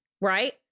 right